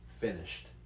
finished